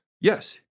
Yes